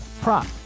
prop